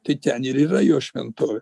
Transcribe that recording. tai ten ir yra jo šventovė